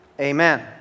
amen